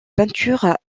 peinture